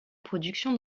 production